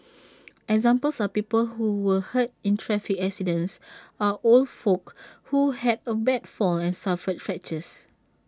examples are people who were hurt in traffic accidents or old folk who had A bad fall and suffered fractures